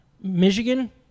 Michigan